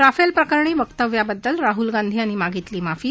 Rafale प्रकरणी वक्तव्याबद्दल राहुल गांधी यांनी मागितली माफी